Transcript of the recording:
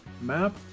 map